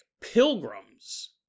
pilgrims